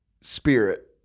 spirit